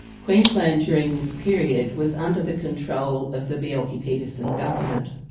queensland during this period was under the control of the bjelke-petersen government.